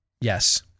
Yes